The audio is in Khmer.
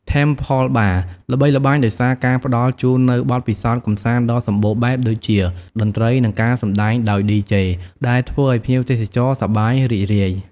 Temple Bar ល្បីល្បាញដោយសារការផ្ដល់ជូននូវបទពិសោធន៍កម្សាន្តដ៏សម្បូរបែបដូចជា តន្ត្រី និងការសម្តែងដោយឌីជេ ដែលធ្វើឲ្យភ្ញៀវទេសចរសប្បាយរីករាយ។